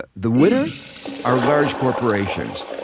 ah the winners are large corporations,